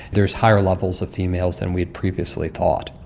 there's higher levels of females than we had previously thought.